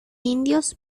indios